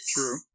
True